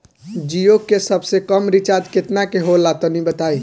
जीओ के सबसे कम रिचार्ज केतना के होला तनि बताई?